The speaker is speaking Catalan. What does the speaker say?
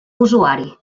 usuari